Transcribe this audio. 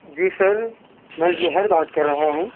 جی sir میں زہیر بات کر رہا ہوں